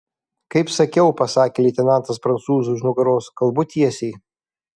kaip sakiau pasakė leitenantas prancūzui už nugaros kalbu tiesiai